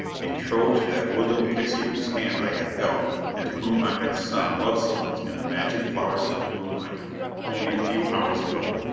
betrothed to that woodland pixie whose hand i had held and to whom i had sung love songs in the magic flower-scented moonlight only a few hours ago!